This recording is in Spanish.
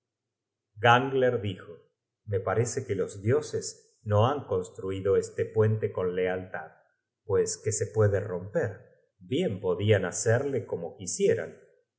gangler dijo me parece que los dioses no han construido este puente con lealtad pues que se puede romper bien podian hacerle como quisieran